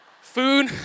food